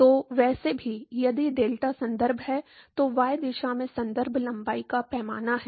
तो वैसे भी यदि डेल्टा संदर्भ है जो y दिशा में संदर्भ लंबाई का पैमाना है